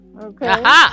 Okay